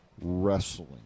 wrestling